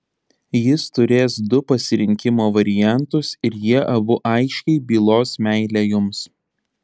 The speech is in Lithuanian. jis turės du pasirinkimo variantus ir jie abu aiškiai bylos meilę jums